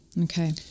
Okay